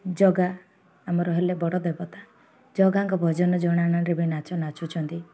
ଜଗା ଆମର ହେଲେ ବଡ଼ ଦେବତା ଜଗାଙ୍କ ଭଜନ ଜଣାଣରେ ବି ନାଚ ନାଚୁଛନ୍ତି